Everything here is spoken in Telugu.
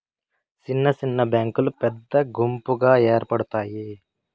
సిన్న సిన్న బ్యాంకులు పెద్ద గుంపుగా ఏర్పడుతాయి